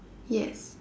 yes